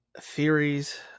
theories